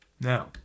Now